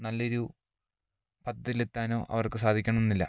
നല്ലൊരു പദവിയിലെത്താനോ അവർക്ക് സാധിക്കണമെന്നില്ല